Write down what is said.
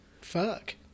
Fuck